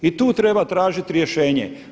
I tu treba tražit rješenje.